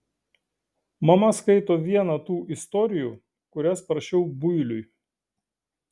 mama skaito vieną tų istorijų kurias parašiau builiui